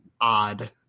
odd